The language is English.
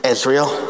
Israel